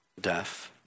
Death